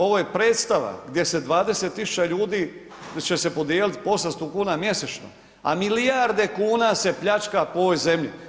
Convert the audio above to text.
Ovo je predstava gdje se 20 000 ljudi, gdje će se podijeliti po 800 kuna mjesečno, a milijarde kuna se pljačka po ovoj zemlji.